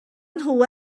nhw